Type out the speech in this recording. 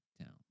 town